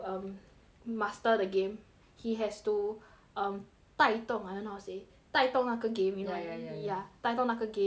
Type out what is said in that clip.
master the game he has to um 带动 I don't know how to say 带动那个 game you know ya ya ya ya 带动那个 game and then like